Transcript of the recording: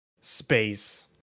space